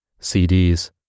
CDs